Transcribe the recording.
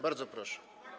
Bardzo proszę.